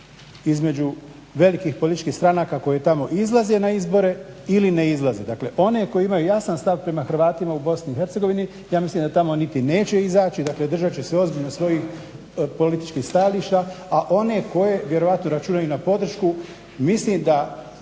između velikih političkih stranaka koje tamo izlaze na izbore ili ne izlaze. Dakle, one koje imaju jasan stav prema Hrvatima u BiH ja mislim da tamo niti neće izaći. Dakle, držat će se ozbiljno svojih političkih stajališta, a one koje vjerojatno računaju na podršku mislim da